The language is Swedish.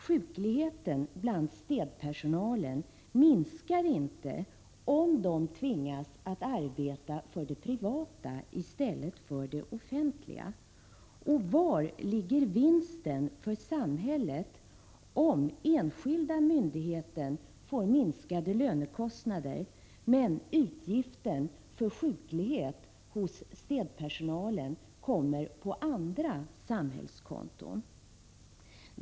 Sjukligheten bland städpersonalen minskar inte om städerskorna tvingas att arbeta för den privata i stället för den offentliga sektorn. Var ligger vinsten för samhället om enskilda myndigheter får minskade lönekostnader, medan utgifterna för sjuklighet hos städpersonalen hamnar på andra samhällskonton?